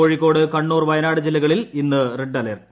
കോഴിക്കോട് കണ്ണൂർ വയനാട് ജില്ലകളിൽ ഇന്ന് red alert